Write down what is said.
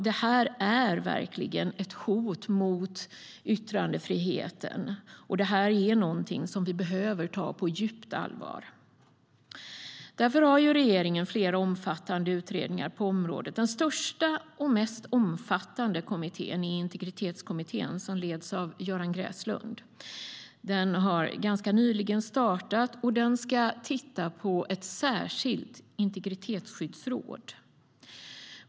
Det är verkligen ett hot mot yttrandefriheten, och det är någonting som vi behöver ta på djupt allvar. Därför har regeringen flera omfattande utredningar på området. Den största och mest omfattande kommittén är Integritetskommittén, som leds av Göran Gräslund. Den har ganska nyligen startat, och den ska titta på ett särskilt integritetsskyddsråd.